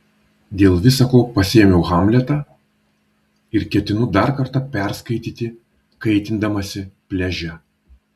dėl visa ko pasiėmiau hamletą ir ketinu dar kartą perskaityti kaitindamasi pliaže